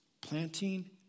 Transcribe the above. planting